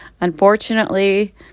Unfortunately